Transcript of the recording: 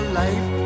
life